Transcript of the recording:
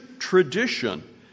Tradition